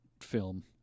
film